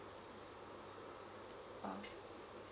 oh